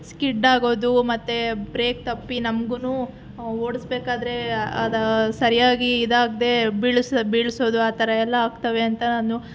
skid ಆಗೋದು ಮತ್ತೆ brake ತಪ್ಪಿ ನಮಗುನೂ ಓಡಿಸ್ಬೇಕಾದ್ರೆ ಅದು ಸರಿಯಾಗಿ ಇದಾಗದೇ ಬೀಳಿಸಿ ಬೀಳಿಸೋದು ಆ ಥರ ಎಲ್ಲ ಆಗ್ತವೆ ಅಂತ ನಾನು